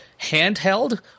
handheld